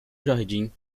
jardim